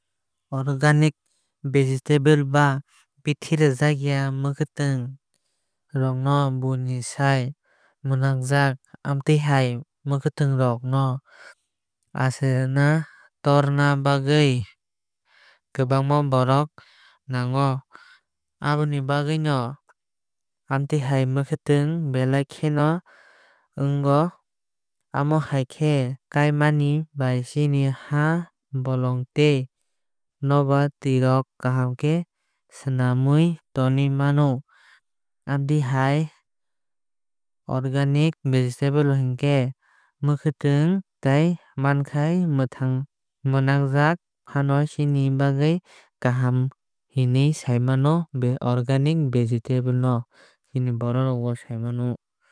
Organic vegetables ba bithi rwjakya mwkhwuitwing rok buini sai mwnakjak. Amotui hai mwkhwitung rok no achairuna toruna bagwi kwbangma borok nango. Aboni bagwi no amtui hai mwkhwtung belai mwnago. Amo hai khe kaimani bai chini ha bolong tei nobar tui rok kaham khe swnamaui tonui mano. Amotui hai organic vegetable hinkhe mwkhwuitung tei mankhai mwnajag fano chini bagwi kaham hinui sai mano organic vegetable no. Chini borok rok bo sai maanu.